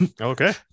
okay